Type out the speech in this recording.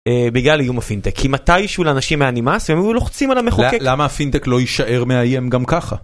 בגלל איום הפינטק. כי מתישהו לאנשים היה נמאס והם לוחצים על המחוקק- למה הפינטק לא יישאר מאיים גם ככה?